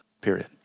period